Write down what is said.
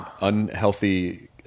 unhealthy